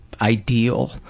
ideal